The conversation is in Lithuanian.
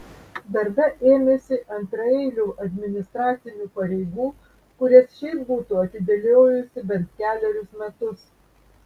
darbe ėmėsi antraeilių administracinių pareigų kurias šiaip būtų atidėliojusi bent kelerius metus